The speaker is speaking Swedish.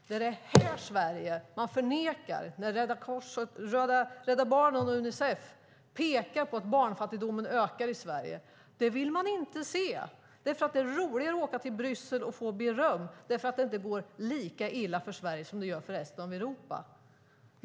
Det är detta Sverige man förnekar när Rädda Barnen och Unicef pekar på att barnfattigdomen ökar i Sverige. Det vill man inte se, för det är roligare att åka till Bryssel och få beröm för att det inte går lika illa för Sverige som för resten av Europa.